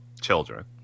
children